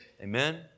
Amen